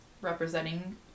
representing